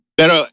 pero